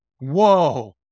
whoa